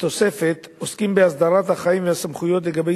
בתוספת עוסקים בהסדרת החיים והסמכויות לגבי